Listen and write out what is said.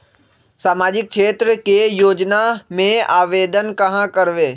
सामाजिक क्षेत्र के योजना में आवेदन कहाँ करवे?